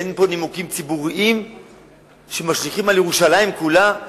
ואין פה נימוקים ציבוריים שמשליכים על ירושלים כולה.